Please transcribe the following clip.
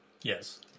Yes